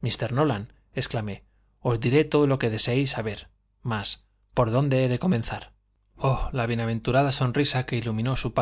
mr nolan exclamé os diré todo lo que deseéis saber mas por dónde he de comenzar oh la bienaventurada sonrisa que iluminó su